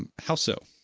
and how so?